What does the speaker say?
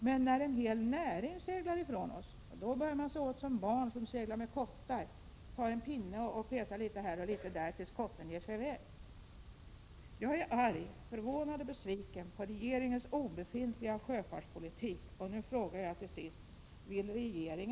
Men när en hel näring seglar ifrån oss, då bär man sig åt som barn som seglar med kottar, tar en pinne och petar litet här och litet där till kotten ger sig i väg.